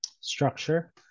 structure